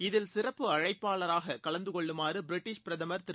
இதில் சிறப்பு அழைப்பாளராகக் கலந்து கொள்ளுமாறு பிரிட்டஷ் பிரதமர் திரு